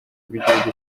bw’igihugu